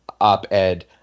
op-ed